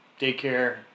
daycare